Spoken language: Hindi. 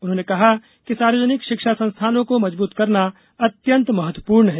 उन्होंने कहा कि सार्वजनिक शिक्षा संस्थानों को मजबूत करना अत्यंत महत्वपूर्ण है